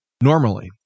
normally